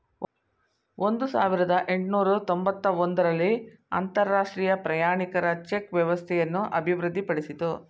ಒಂದು ಸಾವಿರದ ಎಂಟುನೂರು ತೊಂಬತ್ತ ಒಂದು ರಲ್ಲಿ ಅಂತರಾಷ್ಟ್ರೀಯ ಪ್ರಯಾಣಿಕರ ಚೆಕ್ ವ್ಯವಸ್ಥೆಯನ್ನು ಅಭಿವೃದ್ಧಿಪಡಿಸಿತು